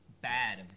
bad